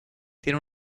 tiene